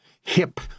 hip